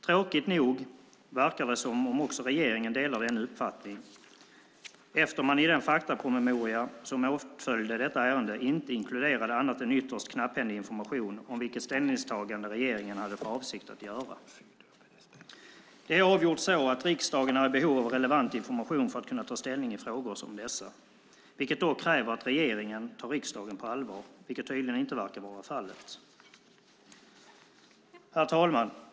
Tråkigt nog verkar det som om också regeringen delar denna uppfattning eftersom man i den faktapromemoria som åtföljde detta ärende inte inkluderade annat än ytterst knapphändig information om vilket ställningstagande regeringen hade för avsikt att göra. Det är avgjort så att riksdagen är i behov av relevant information för att kunna ta ställning i frågor som dessa, vilket dock kräver att regeringen tar riksdagen på allvar, vilket tydligen inte verkar vara fallet. Herr talman!